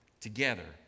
together